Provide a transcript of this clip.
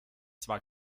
zwar